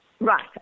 Right